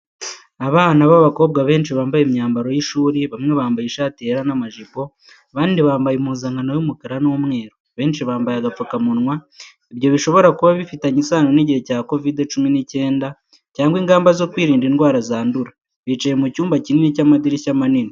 Abana b'abakobwa benshi, bambaye imyambaro y’ishuri, bamwe bambaye ishati yera n'amajipo, abandi bambaye impuzankano y’umukara n’umweru. Benshi bambaye agapfukamunwa, ibyo bishobora kuba bifitanye isano n'igihe cya COVID-cumi n'icyenda cyangwa ingamba zo kwirinda indwara zandura. Bicaye mu cyumba kinini cy’amadirishya manini.